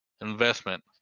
investment